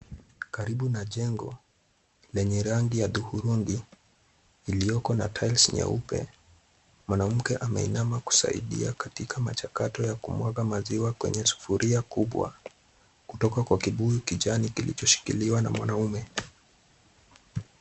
Karibu na jengo lenye rangi ya dhuhurungi, ilioko na tiles nyeupe, mwanamke ameinama kusaidia katika machakato ya kumwaga maziwa kwenye sufuria kubwa, kutoka kwa kibuyu kijani kilichoshikiliwa na mwanaume.